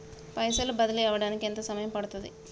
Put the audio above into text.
పైసలు బదిలీ అవడానికి ఎంత సమయం పడుతది?